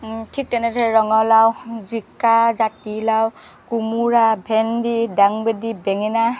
ঠিক তেনেদৰে ৰঙলাও জিকা জাতিলাও কোমোৰা ভেন্দি দাংবডি বেঙেনা